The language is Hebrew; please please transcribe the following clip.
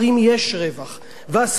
הספרים נמכרים יפה,